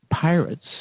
pirates